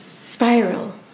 spiral